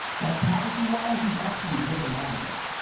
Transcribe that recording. like policy-wise, he's actually very moderate.